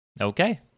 Okay